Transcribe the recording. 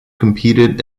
competed